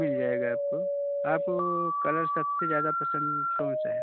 मिल जाएगा आपको आप कलर सबसे ज़्यादा पसंद कौन सा है